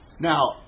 Now